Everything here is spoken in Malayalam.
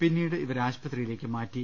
പിന്നീട് ഇവരെ ആശുപത്രിയിലേക്ക് മാറ്റി